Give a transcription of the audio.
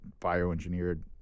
bioengineered